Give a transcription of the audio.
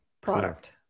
product